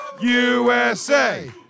USA